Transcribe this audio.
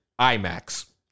IMAX